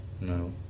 No